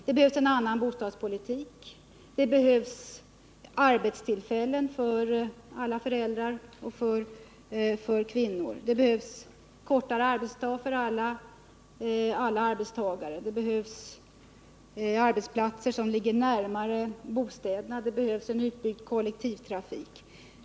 Det behövs också en annan bostadspolitik, arbetstillfällen för alla föräldrar och särskilt för kvinnorna, kortare arbetsdag för alla arbetstagare, arbetsplatser som ligger närmare bostäderna, utbyggd kollektivtrafik osv.